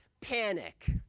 panic